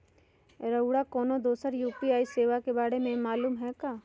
रउरा कोनो दोसर यू.पी.आई सेवा के बारे मे मालुम हए का?